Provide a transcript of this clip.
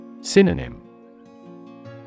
Synonym